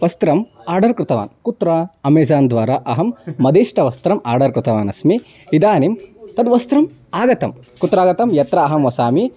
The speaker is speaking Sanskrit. वस्त्रम् आर्डर् कृतवान् कुत्र अमेज़ान्द्वारा अहं मदीष्टं वस्त्रम् आडर् कृतवान् अस्मि इदानीं तद् वस्त्रम् आगतं कुत्र आगतं यत्र अहं वसामि